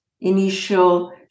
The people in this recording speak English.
initial